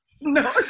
No